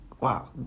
wow